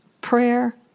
prayer